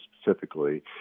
specifically